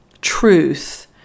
truth